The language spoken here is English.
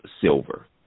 silver